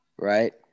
Right